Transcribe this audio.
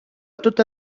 tota